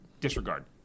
disregard